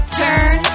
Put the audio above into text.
turn